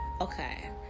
Okay